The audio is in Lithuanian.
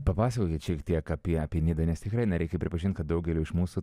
papasakokit šiek tiek apie nidą nes tikrai na reikia pripažinti kad daugeliui iš mūsų